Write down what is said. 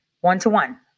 one-to-one